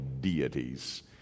deities